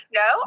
no